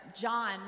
john